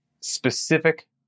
specific